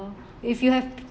if you have